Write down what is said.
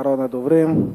אחרון הדוברים,